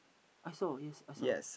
I saw yes I saw